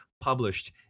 published